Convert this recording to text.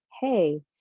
hey